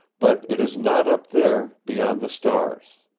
but it is not up there beyond the stars.